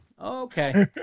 Okay